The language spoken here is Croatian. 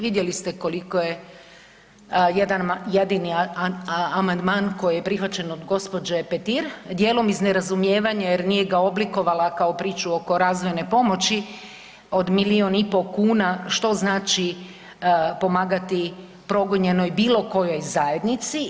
Vidjeli ste koliko je jedan jedini amandman koji je prihvaćen od gospođe Petir, dijelom iz nerazumijevanja jer nije ga oblikovala kao priču oko razvojne pomoći od milijun i po kuna što znači pomagati progonjenoj bilo kojoj zajednici.